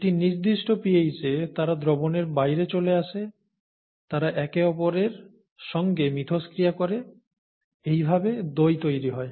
একটি নির্দিষ্ট pH এ তারা দ্রবণের বাইরে চলে আসে তারা একে অপরের সঙ্গে মিথস্ক্রিয়া করে এইভাবে দই তৈরি হয়